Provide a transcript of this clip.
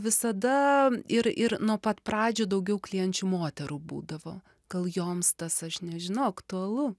visada ir ir nuo pat pradžių daugiau klienčių moterų būdavo gal joms tas aš nežinau aktualu